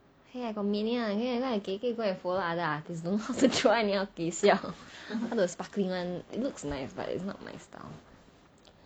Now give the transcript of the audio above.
!hey! I got meaning [one] okay not I gek gek go follow other artist don't try anyhow gek siao all the sparkly [one] it looks nice but it's not my style